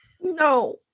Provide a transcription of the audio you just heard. No